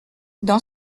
dans